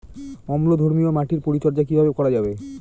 অম্লধর্মীয় মাটির পরিচর্যা কিভাবে করা যাবে?